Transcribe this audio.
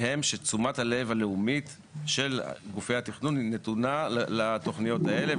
הן שתשומת הלב הלאומית של גופי התכנון נתונה לתוכניות האלה,